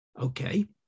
okay